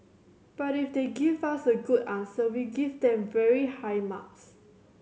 but if they give us a good answer we give them very high marks